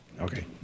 Okay